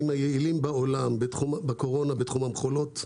היעילים בעולם בקורונה בתחום המכולות.